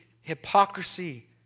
hypocrisy